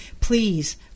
please